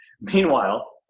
Meanwhile